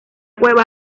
cueva